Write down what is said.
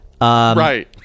right